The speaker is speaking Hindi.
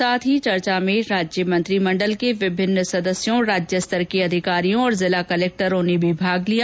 साथ ही चर्चा में राज्य मंत्रिमंडल के विभिन्न सदस्यों राज्य स्तर के अधिकारियों जिला कलेक्टरों ने भी भाग लिया